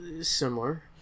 similar